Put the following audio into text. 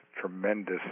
tremendous